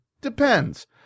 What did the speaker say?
Depends